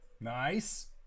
Nice